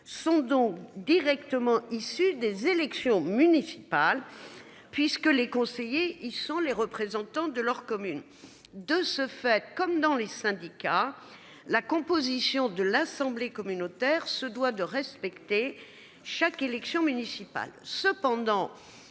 sont donc directement issu des élections municipales puisque les conseillers ils sont les représentants de leur commune. De ce fait comme dans les syndicats. La composition de l'Assemblée communautaire se doit de respecter chaque élection municipale. Cependant